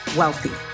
wealthy